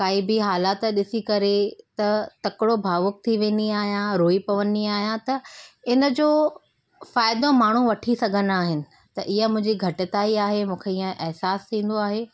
काई बि हालति ॾिसी करे त तकिड़ो भावुक थी वेंदी आहियां रोई पवंदी आहियां त इन जो फ़ाइदो माण्हू वठी सघंदा आहिनि त इहा मुंहिंजी घटिताई आहे मूंखे ईअं अहसासु थींदो आहे